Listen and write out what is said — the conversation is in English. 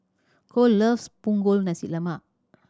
Kole loves Punggol Nasi Lemak